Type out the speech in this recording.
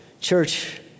church